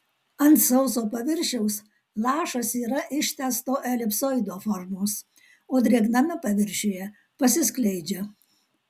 ant sauso paviršiaus lašas yra ištęsto elipsoido formos o drėgname paviršiuje pasiskleidžia